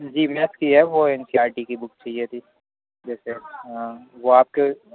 جی math کی ہے وہ این سی آر ٹی کی بک چاہیے تھی جیسے وہ آپ کے